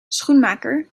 schoenmaker